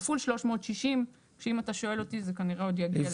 כפול 360. שאם אתה שואל אותי זה כנראה עוד יגיע ליותר.